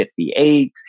58